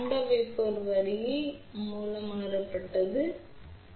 மீண்டும் இது  4 வரியைப் பயன்படுத்துவதன் மூலம் உணரப்பட்டுள்ளது இது இங்கே ஒரு குறுகியதாகும்